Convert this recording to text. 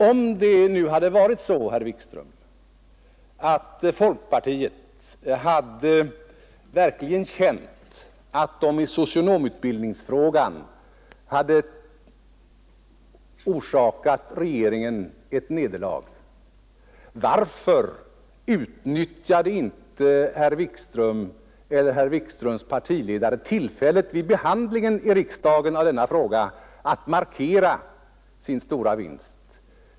Om det nu hade varit så, herr Wikström, att folkpartiet verkligen känt att man i socionomutbildningsfrågan hade orsakat regeringen ett nederlag, varför utnyttjade inte herr Wikström eller herr Wikströms partiledare tillfället vid behandlingen i riksdagen av denna fråga att markera sin stora vinst?